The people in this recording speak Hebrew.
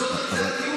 וזאת הבעייתיות פה.